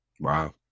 Wow